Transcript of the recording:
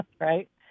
right